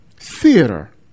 Theater